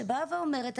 שבאה ואומרת,